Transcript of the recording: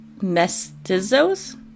mestizos